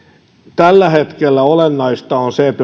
tällä hetkellä olennaista on se että